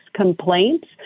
complaints